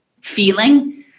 feeling